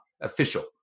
official